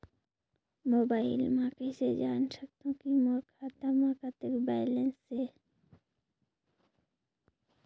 Mobile म कइसे जान सकथव कि मोर खाता म कतेक बैलेंस से?